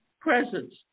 presence